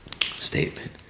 statement